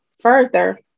further